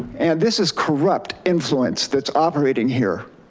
and this is corrupt influence. that's operating here.